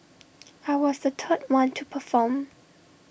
I was the third one to perform